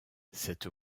cette